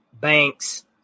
Banks